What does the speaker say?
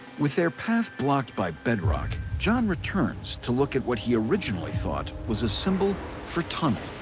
with their path blocked by bedrock, john returns to look at what he originally thought was a symbol for tunnel.